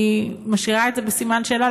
אני משאירה את זה בסימן שאלה,